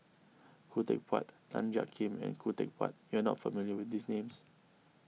Khoo Teck Puat Tan Jiak Kim and Khoo Teck Puat you are not familiar with these names